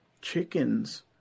Chickens